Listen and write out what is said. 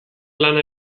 lana